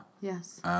Yes